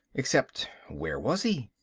except where was he?